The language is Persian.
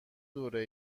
دوره